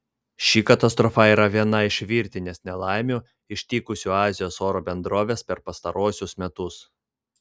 ši katastrofa yra viena iš virtinės nelaimių ištikusių azijos oro bendroves per pastaruosius metus